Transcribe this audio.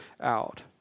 out